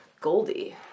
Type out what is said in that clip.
Goldie